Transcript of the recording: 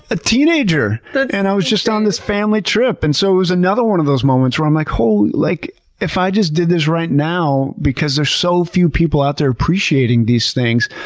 a teenager but and i was just on this family trip! and so it was another one of those moments where i'm like like, if i just did this right now, because there's so few people out there appreciating these things,